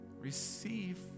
receive